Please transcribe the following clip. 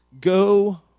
go